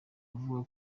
avuga